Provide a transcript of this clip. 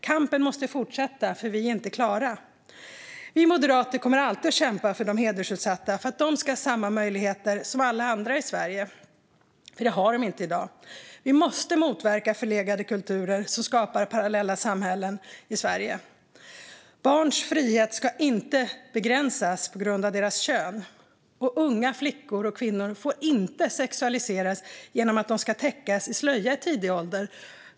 Kampen måste fortsätta, för vi är inte klara. Vi moderater kommer alltid att kämpa för de hedersutsatta och för att de ska ha samma möjligheter som alla andra i Sverige, för det har de inte i dag. Vi måste motverka förlegade kulturer som skapar parallella samhällen i Sverige. Barns frihet ska inte begränsas på grund av deras kön. Unga flickor får inte sexualiseras genom att täckas med slöja i tidig ålder.